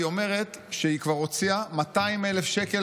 היא אומרת שהיא כבר הוציאה 200,000 שקל